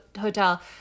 Hotel